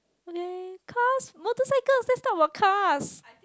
okay cars motorcycles let's talk about cars